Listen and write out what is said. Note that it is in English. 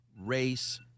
race